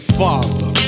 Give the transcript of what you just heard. father